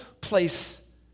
place